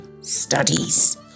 studies